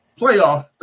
playoff